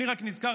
אני רק נזכר,